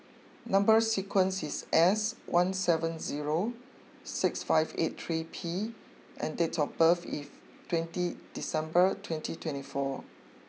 number sequence is S one seven zero six five eight three P and date of birth if twenty December twenty twenty four